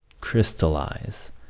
crystallize